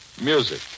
Music